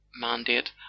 mandate